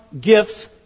gifts